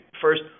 first